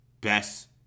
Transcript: best